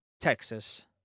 Texas